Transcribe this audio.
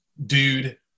dude